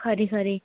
खरी खरी